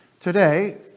today